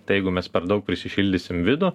tai jeigu mes per daug prisišildysim vidų